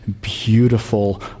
beautiful